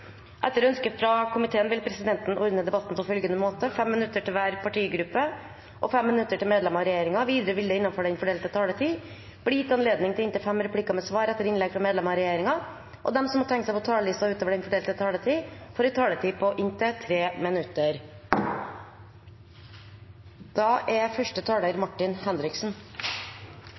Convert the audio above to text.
Etter ønske fra justiskomiteen vil presidenten ordne debatten på følgende måte: 5 minutter til hver partigruppe og 5 minutter til medlemmer av regjeringen. Videre vil det – innenfor den fordelte taletid – bli gitt anledning til inntil fem replikker med svar etter innlegg fra medlemmer av regjeringen, og de som måtte tegne seg på talerlisten utover den fordelte taletid, får en taletid på inntil 3 minutter.